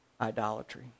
idolatry